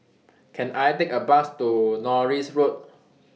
Can I Take A Bus to Norris Road